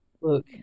look